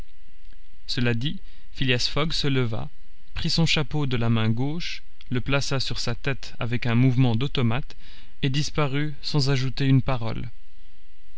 cela dit phileas fogg se leva prit son chapeau de la main gauche le plaça sur sa tête avec un mouvement d'automate et disparut sans ajouter une parole